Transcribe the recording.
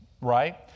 Right